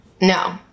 No